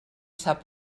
sap